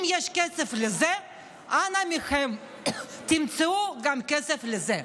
אם יש כסף לזה, אנא מכם, תמצאו כסף גם לזה.